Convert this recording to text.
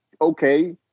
okay